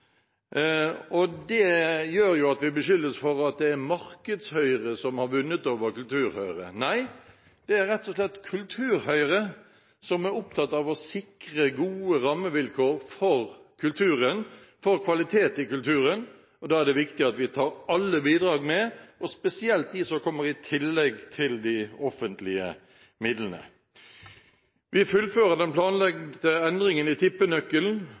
offentlige. Det gjør at vi beskyldes for at det er Markeds-Høyre som har vunnet over Kultur-Høyre. Nei, det er rett og slett Kultur-Høyre som er opptatt av å sikre gode rammevilkår for kulturen, for kvalitet i kulturen. Da er det viktig at vi tar med oss alle bidrag, og spesielt de som kommer i tillegg til de offentlige midlene. Regjeringen fullfører den planlagte endringen i tippenøkkelen.